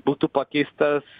būtų pakeistas